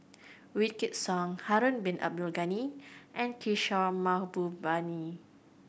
Wykidd Song Harun Bin Abdul Ghani and Kishore Mahbubani